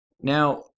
Now